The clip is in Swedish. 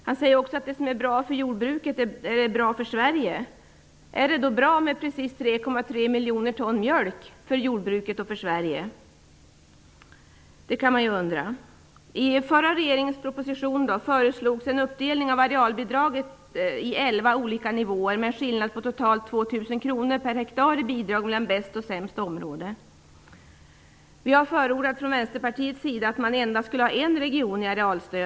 Han sade också att det som är bra för jordbruket är bra för Sverige. Man kan då undra om det är bra med precis 3,2 miljoner ton mjölk för jordbruket och för Sverige. 2 000 kr per hektar. Vi har från Vänsterpartiet förordat att det för arealstödet skulle finnas bara en enda region.